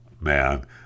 man